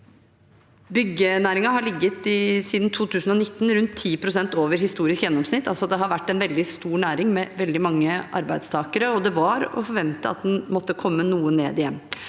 Byggenæringen har siden 2019 ligget rundt 10 pst. over historisk gjennomsnitt. Det har altså vært en veldig stor næring med veldig mange arbeidstakere, og det var å forvente at dette måtte komme noe ned igjen.